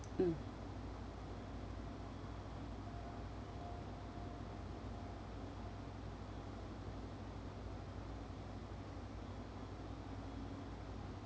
mm